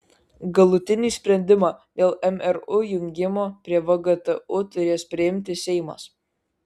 galutinį sprendimą dėl mru jungimo prie vgtu turės priimti seimas